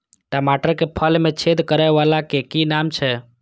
टमाटर के फल में छेद करै वाला के कि नाम छै?